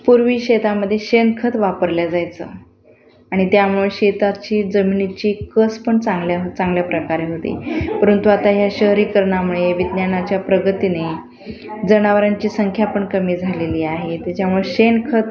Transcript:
पूर्वी शेतामध्ये शेणखत वापरल्या जायचं आणि त्यामुळे शेताची जमिनीची कस पण चांगल्या हो चांगल्या प्रकारे होती परंतु आता ह्या शहरीकरणामुळे विज्ञानाच्या प्रगतीने जनावरांची संख्या पण कमी झालेली आहे त्याच्यामुळे शेणखत